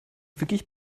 wirklich